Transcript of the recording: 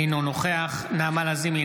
אינו נוכח נעמה לזימי,